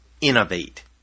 innovate